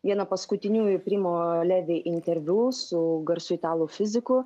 viena paskutiniųjų primo levi interviu su garsiu italų fiziku